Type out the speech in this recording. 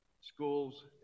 schools